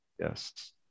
Yes